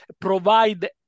provide